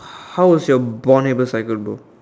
how was your Born-Haber cycle bro